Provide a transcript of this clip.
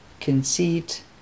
conceit